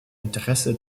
interesse